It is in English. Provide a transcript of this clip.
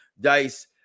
Dice